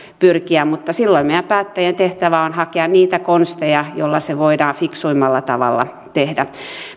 mutta silloin meidän päättäjien tehtävä on hakea niitä konsteja joilla se voidaan fiksuimmalla tavalla tehdä